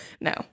no